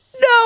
no